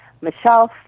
Michelle